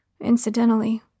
Incidentally